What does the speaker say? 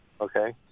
Okay